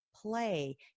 play